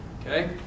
Okay